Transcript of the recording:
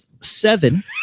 Seven